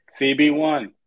cb1